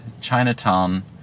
Chinatown